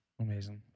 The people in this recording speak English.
Amazing